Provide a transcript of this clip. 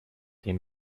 him